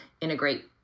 integrate